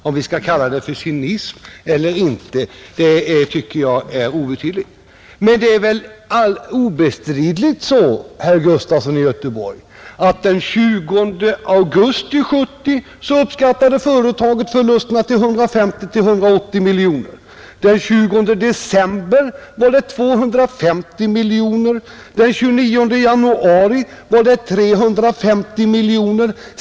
Om man skall kalla detta för cynism eller inte tycker jag är oväsentligt. Men det är obestridligt, herr Gustafson i Göteborg, att den 20 augusti 1970 uppskattade företaget förlusterna till 150 å 180 miljoner, den 20 december var förlusterna 250 miljoner och den 29 januari 350 miljoner.